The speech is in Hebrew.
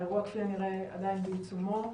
האירוע כפי הנראה עדיין בעיצומו,